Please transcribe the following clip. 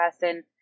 person